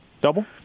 double